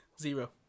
Zero